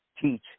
teach